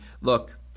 look